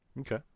Okay